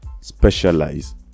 Specialize